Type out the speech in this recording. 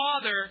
father